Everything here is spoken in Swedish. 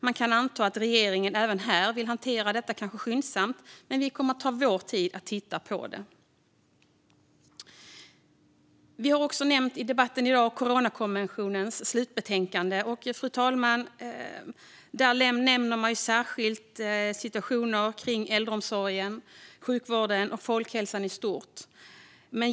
Man kan anta att regeringen även här vill hantera det skyndsamt, men vi kommer att ta vår tid att titta på det. Fru talman! I debatten i dag har vi också nämnt Coronakommissionens slutbetänkande. Där nämns särskilt situationen för äldreomsorgen, sjukvården och folkhälsan i stort.